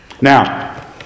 Now